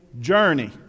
journey